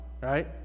right